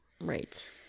Right